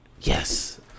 Yes